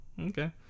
okay